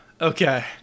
okay